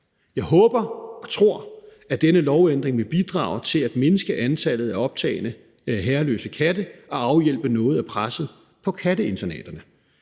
Jeg håber og tror, at denne lovændring vil bidrage til at mindske antallet af optagne herreløse katte og afhjælpe noget af presset på katteinternaterne.